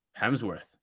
Hemsworth